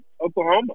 Oklahoma